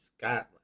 Scotland